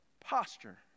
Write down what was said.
posture